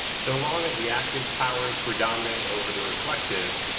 so long as the active powers predominate over the reflective,